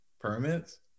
permits